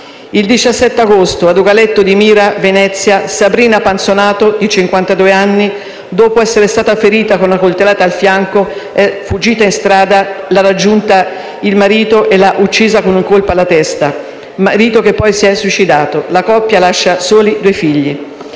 Il 17 agosto, a Dogaletto di Mira, in provincia di Venezia, Sabrina Panzonato, di cinquantadue anni, dopo essere stata ferita con una coltellata al fianco, è fuggita in strada, dove l'ha raggiunta il marito e l'ha uccisa con un colpo alla testa, per poi suicidarsi. La coppia lascia soli due figli.